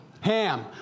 Ham